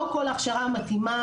לא כל הכשרה מתאימה,